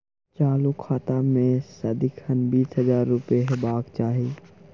चालु खाता मे सदिखन बीस हजार रुपैया हेबाक चाही